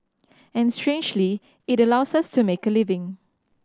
and strangely it allows us to make a living